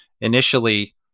initially